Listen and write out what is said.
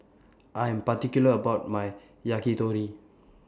I Am particular about My Yakitori